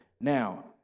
Now